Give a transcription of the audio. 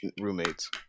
roommates